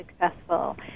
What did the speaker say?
successful